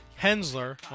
Hensler